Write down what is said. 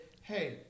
hey